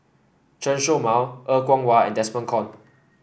Chen Show Mao Er Kwong Wah and Desmond Kon